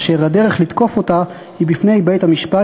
אשר הדרך לתקוף אותה היא בפני בית-המשפט